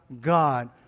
God